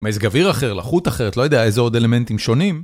מזג אוויר אחר, לחות אחרת, לא יודע, איזה עוד אלמנטים שונים